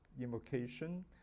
invocation